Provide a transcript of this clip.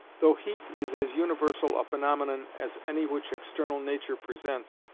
though heat is as universal a phaenomenon as any which external nature presents,